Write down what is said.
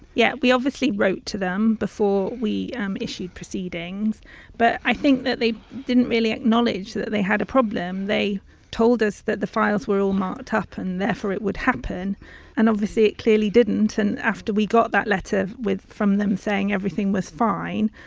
yeah we obviously wrote to them before we um issued proceedings but i think that they didn't really acknowledge that they had a problem. they told us that the files were all marked up and therefore it would happen and obviously it clearly didn't and after we got that letter from them saying everything was fine,